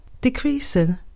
decreasing